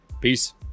peace